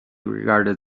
regarded